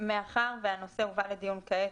מאחר והנושא הובא לדיון כעת,